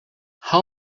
how